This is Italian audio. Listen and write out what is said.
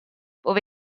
ove